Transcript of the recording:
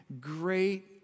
Great